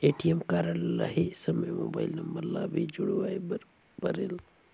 ATM card लहे समय mobile number ला भी जुड़वाए बर परेल?